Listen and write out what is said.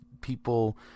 people